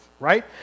Right